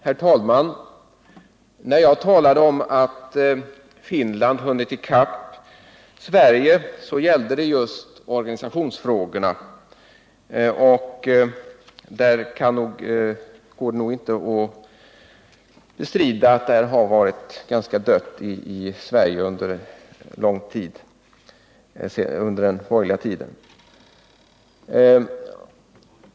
Herr talman! När jag talade om att Finland hunnit i kapp Sverige, gällde det just organisationsfrågorna. Det går nog inte att bestrida att på det området har det varit dött i Sverige under lång tid, under den borgerliga tiden.